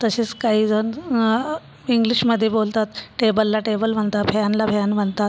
तसेच काहीजण इंग्लिशमध्ये बोलतात टेबलला टेबल म्हणतात फॅनला फॅन म्हणतात